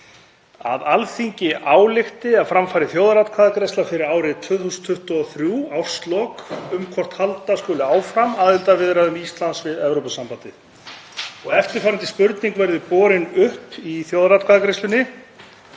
„Alþingi ályktar að fram fari þjóðaratkvæðagreiðsla fyrir árslok 2023 um hvort halda skuli áfram aðildarviðræðum Íslands við Evrópusambandið. Eftirfarandi spurning verði borin upp í þjóðaratkvæðagreiðslunni: